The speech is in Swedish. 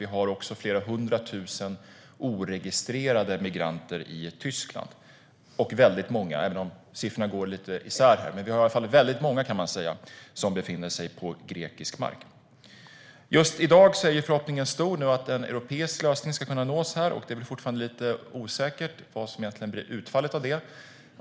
Det finns också flera hundra tusen oregistrerade migranter i Tyskland. Och siffrorna går lite isär här, men det är i alla fall väldigt många som befinner sig på grekisk mark. Just i dag är förhoppningen stor att en europeisk lösning ska kunna nås. Det är fortfarande lite osäkert vad som egentligen blir utfallet.